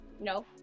No